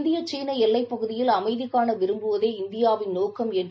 இந்திய சீன எல்லை பகுதியில் அமைதி காண விரும்புவதே இந்தியாவின் நோக்கமாகும் என்று